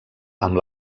amb